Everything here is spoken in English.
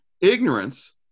Ignorance